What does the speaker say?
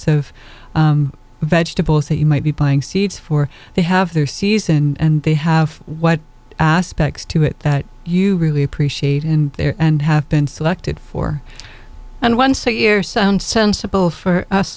of vegetables that you might be buying seeds for they have their season and they have what aspects to it that you really appreciate in there and have been selected for and once a year